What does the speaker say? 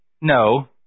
no